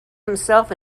himself